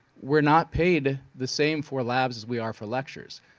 we're not paid the same for labs as we are for lectures.